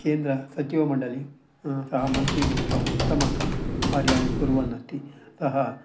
केन्द्रसचिवमण्डले सः मन्त्रीभूत्वा उत्तमकार्याणि कुर्वन्नस्ति सः